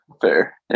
Fair